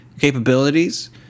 capabilities